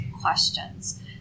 questions